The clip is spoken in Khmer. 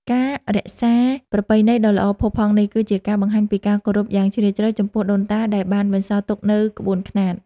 ការរក្សាប្រពៃណីដ៏ល្អផូរផង់នេះ គឺជាការបង្ហាញពីការគោរពយ៉ាងជ្រាលជ្រៅចំពោះដូនតាដែលបានបន្សល់ទុកនូវក្បួនខ្នាត។